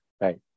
right